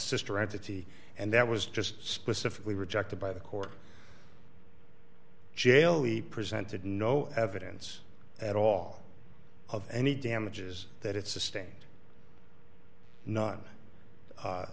sister entity and that was just specifically rejected by the court jail we presented no evidence at all of any damages that it sustained no